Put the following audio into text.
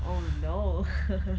oh no